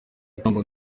ikamba